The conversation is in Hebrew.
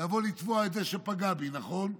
אני יכול לתבוע את זה שפגע בי, נכון?